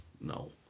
No